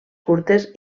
curtes